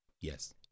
yes